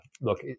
look